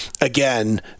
again